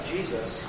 Jesus